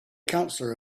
counselor